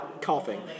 Coughing